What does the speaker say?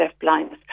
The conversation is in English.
deafblindness